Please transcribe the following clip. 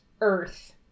earth